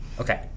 Okay